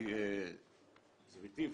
כי זה בלתי אפשרי.